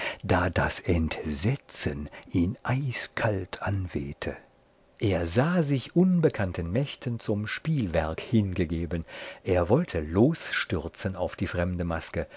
da das entsetzen ihn eiskalt anwehte er sah sich unbekannten mächten zum spielwerk hingegeben er wollte losstürzen auf die fremde maske